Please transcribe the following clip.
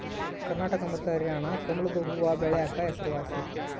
ಕರ್ನಾಟಕ ಮತ್ತೆ ಹರ್ಯಾಣ ಕಮಲದು ಹೂವ್ವಬೆಳೆಕ ಹೆಸರುವಾಸಿ